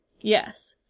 Yes